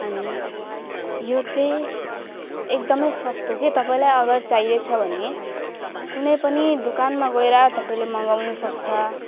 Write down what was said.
अनि यो चाहिँ एकदम सस्तो कि तपाईँलाई अगर चाहिएको छ भने कुनै पनि दोकानमा गएर तपाईँले मगाउनु सक्छ